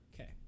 Okay